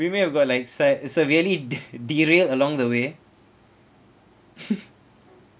do you mean you got like se~ severely de~ derailed along the way